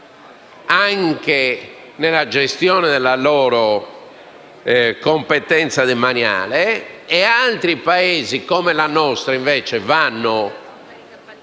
anche nella gestione della loro competenza demaniale e altri Paesi, come il nostro, vanno